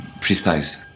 precise